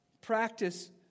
Practice